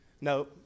No